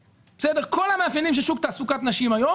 כל המאפיינים של שוק תעסוקת נשים היום,